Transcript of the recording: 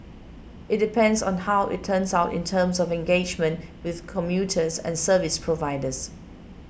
it depends on how it turns out in terms of engagement with commuters and service providers